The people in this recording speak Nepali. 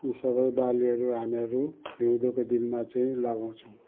यी सबै बालीहरू हामीहरू हिउँदको दिनमा चाहिँ लगाउँछौँ